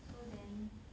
so then